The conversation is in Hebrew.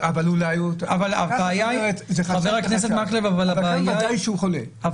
אבל אולי הוא, הבעיה היא, ודאי שהוא חולה,